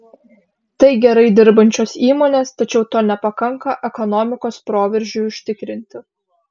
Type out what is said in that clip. tai gerai dirbančios įmonės tačiau to nepakanka ekonomikos proveržiui užtikrinti